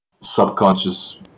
Subconscious